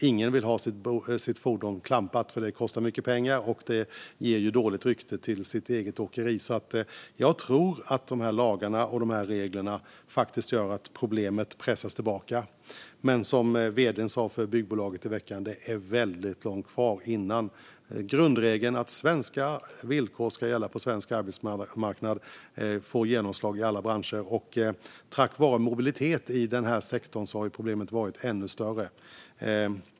Ingen vill ha sitt fordon klampat, för det kostar mycket pengar och ger dåligt rykte för ens eget åkeri. Jag tror att de här lagarna och reglerna faktiskt gör att problemet pressas tillbaka. Men som vd:n för ett byggbolag sa i veckan: Det är väldigt långt kvar innan grundregeln att svenska villkor ska gälla på svensk arbetsmarknad får genomslag i alla branscher. På grund av mobiliteten i den här sektorn har problemet varit ännu större.